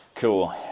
Cool